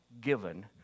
given